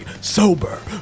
sober